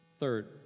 Third